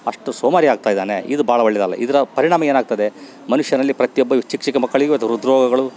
ಅಷ್ಟು ಸೋಮಾರಿಯಾಗ್ತಾ ಇದಾನೆ ಇದು ಭಾಳ ಒಳ್ಳೆದಲ್ಲ ಇದರ ಪರಿಣಾಮ ಏನಾಗ್ತದೆ ಮನುಷ್ಯನಲ್ಲಿ ಪ್ರತಿಯೊಬ್ಬ ಚಿಕ್ಕ ಚಿಕ್ಕ ಮಕ್ಕಳಿಗು ಅದು ಹೃದ್ರೋಗಗಳು